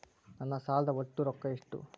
ನನ್ನ ಸಾಲದ ಒಟ್ಟ ರೊಕ್ಕ ಎಷ್ಟು?